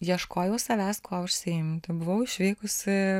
ieškojau savęs kuo užsiimti buvau išvykusi